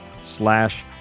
slash